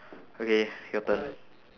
okay your turn